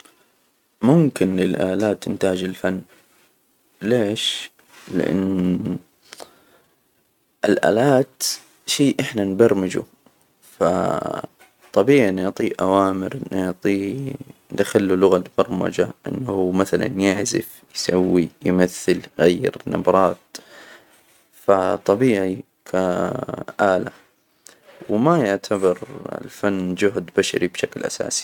ممكن للآلات إنتاج الفن، ليش؟ لأن الآلات شي إحنا نبرمجه، ف طبيعي نعطيه أوامر، ونعطيه، ندخل له لغة برمجة إنه مثلا يعزف، يسوي، يمثل، يغير نبرات. فطبيعي ف آلة، وما يعتبر الفن جهد بشري بشكل أساسي.